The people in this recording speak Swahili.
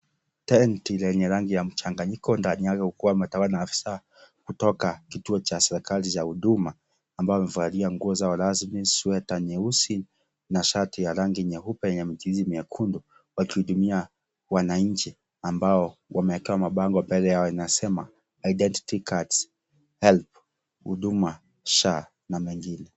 Tenti lenye rangi ya mchanganyiko ndani yalo kuwa metawalwa na afisa, kutoka kituo cha selikali cha huduma, ambao wamevalia nguo zao razmi, sweta, nyeusi, na shati ya rangi nyeupe yenye mchirizi miekundu wakihudumia wanainchi, ambao wamewekewa mabango mbele yao inasema Identity cards, Helb, Huduma, Sha , na mengine.